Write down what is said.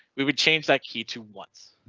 we would change that key to once.